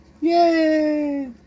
Yay